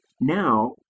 Now